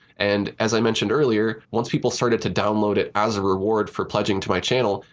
and, as i mentioned earlier, once people started to download it as a reward for pledging to my channel,